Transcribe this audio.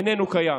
איננו קיים.